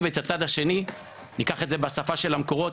ובצד שני ניקח את זה בשפה של המקורות,